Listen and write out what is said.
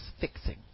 fixing